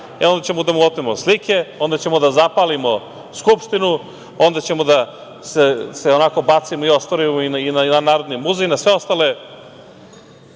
e onda ćemo da mu otmemo slike, onda ćemo da zapalimo Skupštinu, onda ćemo da se bacimo i na Narodni muzej i na sve ostale